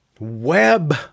web